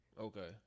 Okay